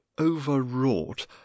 overwrought